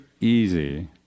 easy